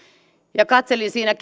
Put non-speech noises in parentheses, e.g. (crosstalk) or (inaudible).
ja katselin siinä (unintelligible)